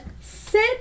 sit